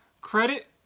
credit